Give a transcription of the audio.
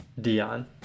Dion